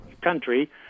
country